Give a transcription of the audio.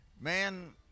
Man